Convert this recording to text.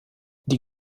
die